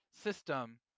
system